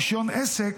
רישיון עסק,